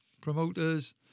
promoters